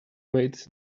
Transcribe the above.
made